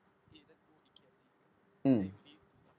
mm